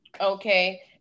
Okay